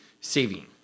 saving